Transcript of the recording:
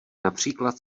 například